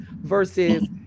versus